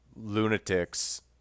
lunatics